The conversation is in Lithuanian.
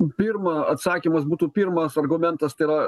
pirma atsakymas būtų pirmas argumentas tai yra